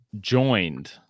joined